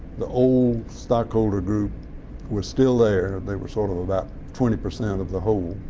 the old stockholder group was still there. they were sort of about twenty percent of the whole.